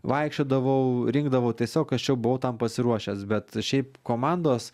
vaikščiodavau rinkdavau tiesiog aš jau buvo tam pasiruošęs bet šiaip komandos